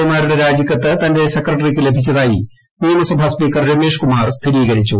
A മാരുടെ രാജിക്കത്ത് തന്റെ സെക്രട്ടറിക്ക് ലഭിച്ചതായി നിയമസഭാ സ്പീക്കർ രമേഷ് കുമാർ സ്ഥിരീകരിച്ചു